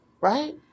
right